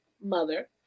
mother